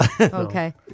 Okay